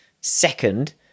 second